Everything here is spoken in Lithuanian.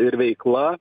ir veikla